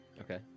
Okay